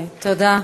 תודה.